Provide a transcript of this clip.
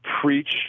Preach